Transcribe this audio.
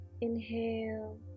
Inhale